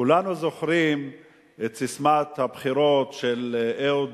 כולנו זוכרים את ססמת הבחירות של אהוד